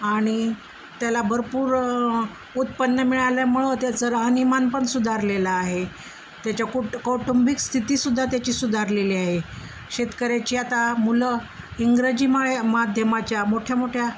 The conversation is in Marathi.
आणि त्याला भरपूर उत्पन्न मिळाल्यामुळं त्याचं राहणीमानपण सुधारलेलं आहे त्याच्या कुट कौटुंबिक स्थितीसुद्धा त्याची सुधारलेली आहे शेतकऱ्याची आता मुलं इंग्रजी मा माध्यमाच्या मोठ्यामोठ्या